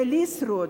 ולשרוד,